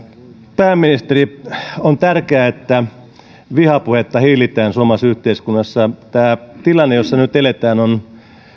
pääministeri on tärkeää että vihapuhetta hillitään suomalaisessa yhteiskunnassa tämä tilanne jossa nyt eletään on